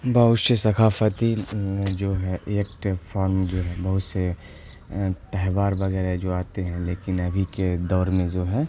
بہت سے ثقافتی جو ہے ایکٹ فارم جو ہے بہت سے تہوار وغیرہ جو آتے ہیں لیکن ابھی کے دور میں جو ہے